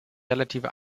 relative